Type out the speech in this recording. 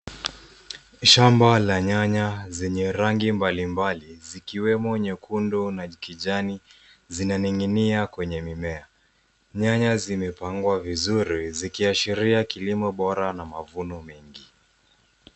Shamba la nyanya zenye rangi mbalimbali zikiwemo nyekundu na kijani zinaning'inia kwenye mimea. Nyanya zimepangwa vizuri zikiashiria kilimo bora na mavuno mengi.